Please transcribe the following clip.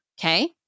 okay